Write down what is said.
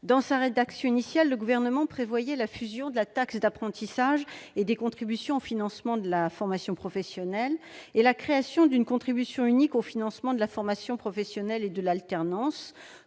Dans sa rédaction initiale, le Gouvernement prévoyait la fusion de la taxe d'apprentissage et des contributions au financement de la formation professionnelle, ainsi que la création d'une contribution unique au financement de la formation professionnelle et de l'alternance,